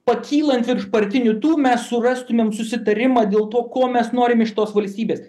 pakylant virš partinių tų mes surastumėm susitarimą dėl to ko mes norim iš tos valstybės